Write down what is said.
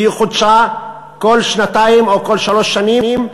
והיא חודשה כל שנתיים או כל שלוש שנים.